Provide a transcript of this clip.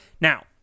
Now